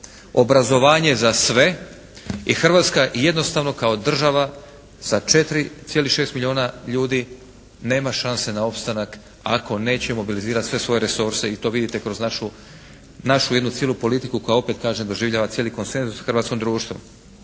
Obrazovanje za sve. I Hrvatska jednostavno kao država sa 4,6 milijuna ljudi nema šanse na opstanak ako neće mobilizirati sve svoje resurse i to vidite kroz našu, našu jednu cijelu politiku koja opet kažem doživljava cijeli konsenzus u hrvatskom društvu.